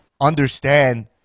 understand